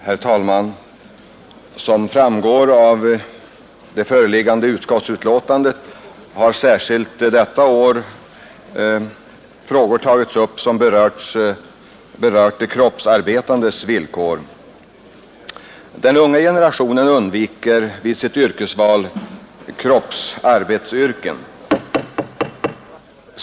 Herr talman! Som framgår av föreliggande betänkande har särskilt detta år frågor som berör de kroppsarbetandes villkor konkret tagits upp i olika sammanhang. Den unga generationen undviker vid sitt yrkesval kroppsarbetsyrken.